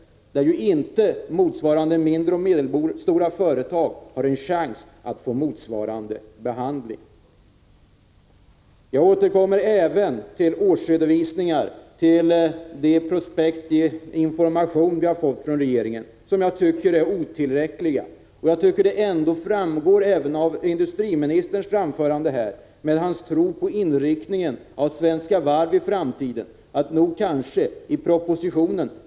Mindre och medelstora företag har inte en chans att få motsvarande behandling. Jag återkommer också till frågan om årsredovisningar och den information som vi har fått från regeringen. Jag anser att informationen är otillräcklig. Den inriktning som svensk varvsindustri skall ha i framtiden bör komma till uttryck i propositionen.